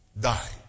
die